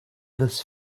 this